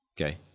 Okay